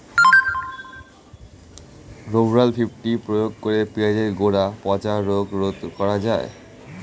Rovral fifty প্রয়োগ করে পেঁয়াজের গোড়া পচা রোগ রোধ করা যায়?